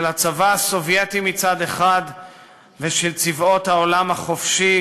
של הצבא הסובייטי מצד אחד ושל צבאות העולם החופשי,